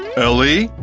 ellie?